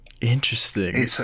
Interesting